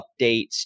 updates